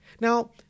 Now